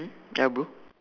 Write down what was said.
ya bro